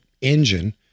engine